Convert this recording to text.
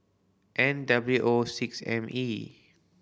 N W O six M E